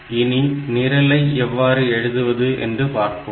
இனி நிரலை எவ்வாறு எழுதுவது என்று பார்ப்போம்